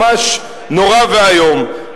ממש נורא ואיום.